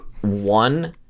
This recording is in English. one